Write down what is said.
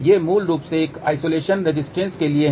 ये मूल रूप से एक आइसोलेशन रेजिस्टेंस के लिए हैं